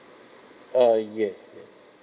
uh yes yes